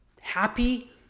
happy